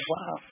Wow